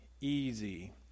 easy